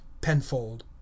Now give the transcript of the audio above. Penfold